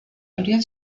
habrían